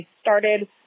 started